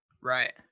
Right